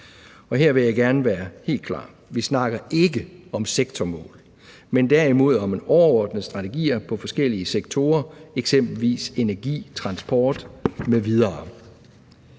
Her vil jeg gerne være helt klar: Vi snakker ikke om sektormål, men derimod om en overordnet strategi på forskellige sektorer, eksempelvis energi, transport m.v.